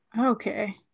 Okay